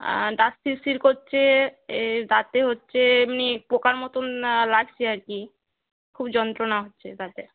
আর দাঁত শিরশির করছে এ দাঁতে হচ্ছে এমনি পোকার মতন লাগছে আর কি খুব যন্ত্রণা হচ্ছে দাঁতে